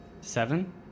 Seven